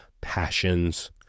passions